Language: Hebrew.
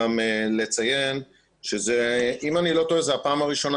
גם לציין שאם אני לא טועה זו הפעם הראשונה